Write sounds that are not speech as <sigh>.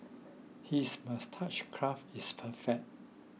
his moustache <unintelligible> is perfect